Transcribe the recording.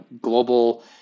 global